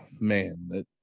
man